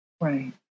right